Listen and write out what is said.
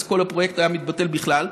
אז כל הפרויקט היה מתבטל בכלל,